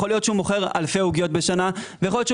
יכול להיות שהוא מוכר אלפי עוגיות בשנה ויכול להיות שהוא